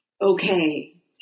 Okay